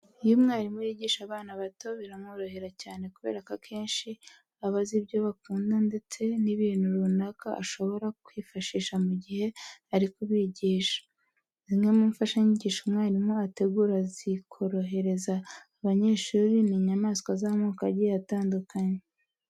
Iyo umwarimu yigisha abana bato biramworohera cyane kubera ko akenshi aba azi ibyo bakunda ndetse n'ibintu runaka ashobora kwifashisha mu gihe ari kubigisha. Zimwe mu mfashanyigisho umwarimu ategura zikorohereza abanyeshuri ni inyamaswa z'amoko agiye atandukanye.